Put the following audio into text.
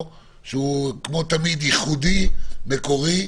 שכמו תמיד הוא ייחודי ומקורי.